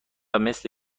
مثل